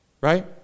Right